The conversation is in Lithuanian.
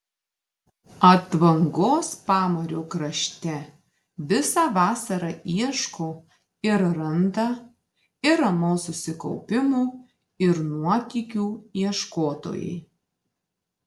atvangos pamario krašte visą vasarą ieško ir randa ir ramaus susikaupimo ir nuotykių ieškotojai